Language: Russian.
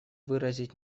выразить